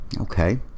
okay